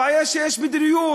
הבעיה שיש מדיניות.